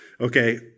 Okay